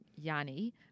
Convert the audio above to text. Yanni